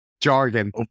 jargon